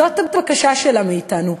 זאת הבקשה שלה מאתנו,